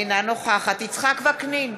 אינה נוכחת יצחק וקנין,